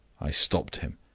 i stopped him.